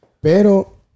Pero